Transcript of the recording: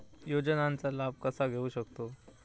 योजनांचा लाभ कसा घेऊ शकतू?